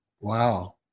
Wow